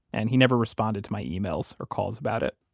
and he never responded to my emails or calls about it.